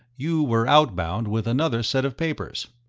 you were outbound with another set of papers.